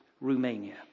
Romania